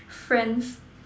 friends